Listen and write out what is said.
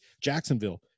Jacksonville